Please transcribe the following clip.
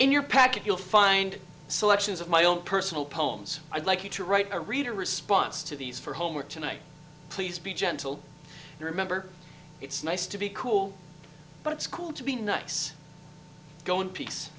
in your package you'll find selections of my own personal poems i'd like you to write a reader response to these for homer tonight please be gentle remember it's nice to be cool but it's cool to be nice going pea